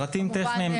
פרטים טכניים.